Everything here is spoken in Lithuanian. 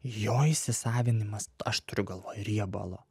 jo įsisavinimas aš turiu galvoje riebalo